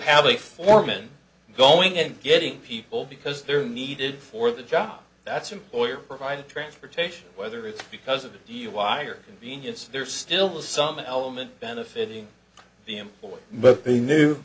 a foreman going and getting people because they're needed for the job that's employer provided transportation whether it's because of the dui or genius there's still some element benefiting the employee but the new